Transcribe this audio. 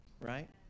Right